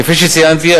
כפי שציינתי,